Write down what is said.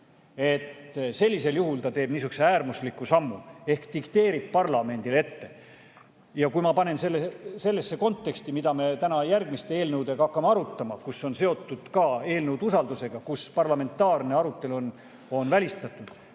et sellisel juhul ta teeb niisuguse äärmusliku sammu. Ehk ta dikteerib parlamendile. Ja kui ma panen selle sellesse konteksti, mida me täna järgmiste eelnõudega hakkame arutama, kus on ka eelnõud seotud usaldusega, kus parlamentaarne arutelu on välistatud,